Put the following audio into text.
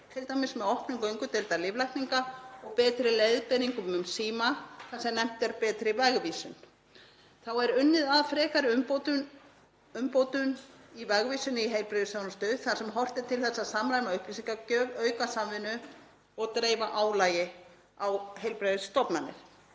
t.d. með opnun göngudeildar lyflækninga og betri leiðbeiningum um síma þar sem nefnd er betri vegvísun. Þá er unnið að frekari umbótum í vegvísun í heilbrigðisþjónustu þar sem horft er til þess að samræma upplýsingagjöf, auka samvinnu og dreifa álagi á heilbrigðisstofnanir.